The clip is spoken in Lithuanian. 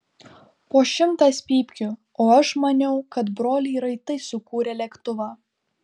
po šimtas pypkių o aš maniau kad broliai raitai sukūrė lėktuvą